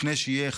לפני שיהיה,